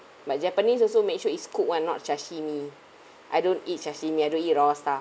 my japanese also make sure is cook one not sashimi I don't eat sashimi I don't eat raw stuff